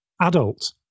adult